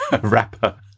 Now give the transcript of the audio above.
rapper